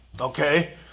Okay